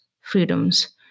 freedoms